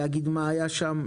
להגיד מה היה שם,